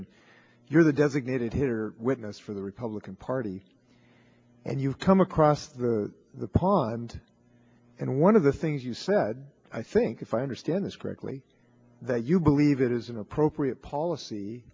and you're the designated hitter witness for the republican party and you've come across the pond and one of the things you said i think if i understand this correctly that you believe it is an appropriate policy